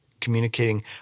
communicating